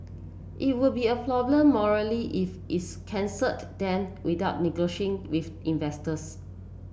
it would be a problem morally if it's cancelled them without negotiating with investors